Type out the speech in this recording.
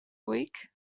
week